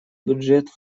бюджет